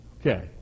Okay